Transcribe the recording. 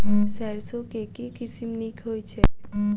सैरसो केँ के किसिम नीक होइ छै?